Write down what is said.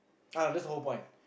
ah that's the whole point